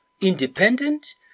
independent